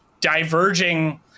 diverging